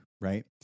right